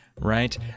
right